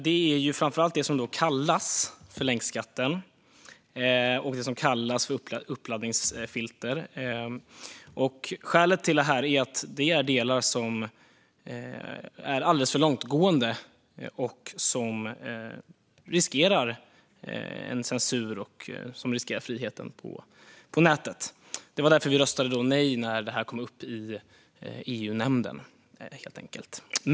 Det gäller framför allt det som kallas länkskatten och det som kallas uppladdningsfilter. Skälet till det är att dessa delar är alldeles för långtgående. De riskerar att innebära censur, och de riskerar friheten på nätet. Det var därför vi röstade nej när detta kom upp i EU-nämnden.